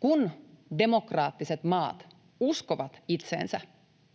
Kun demokraattiset maat uskovat itseensä,